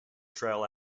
trail